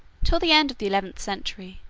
till the end of the eleventh century,